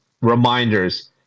reminders